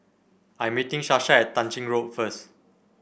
I am meeting Sasha at Tah Ching Road first